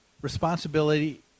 Responsibility